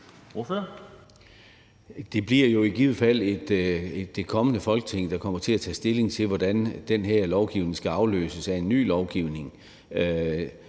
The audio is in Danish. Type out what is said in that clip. Det bliver jo i givet fald et kommende Folketing, der kommer til at tage stilling til, hvordan den her lovgivning skal afløses af en ny lovgivning